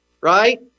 right